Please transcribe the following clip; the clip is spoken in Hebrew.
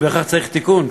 הוא בהכרח צריך תיקון.